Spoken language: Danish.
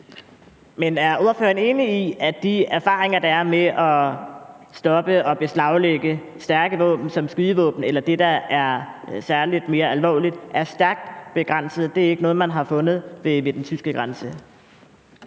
Men er ordføreren enig i, at de erfaringer, der er med at stoppe indførslen af og beslaglægge stærke våben som skydevåben eller særlig det, der er mere alvorligt, er en stærkt begrænset effekt, altså i, at det ikke er noget, man har fundet ved den tyske grænse?